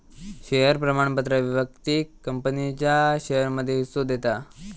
share प्रमाणपत्र व्यक्तिक कंपनीच्या शेयरमध्ये हिस्सो देता